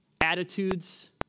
attitudes